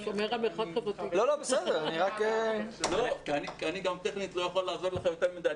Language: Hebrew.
אני גם טכנית לא יכול לעזור לך יותר מדי.